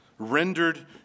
Rendered